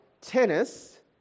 tennis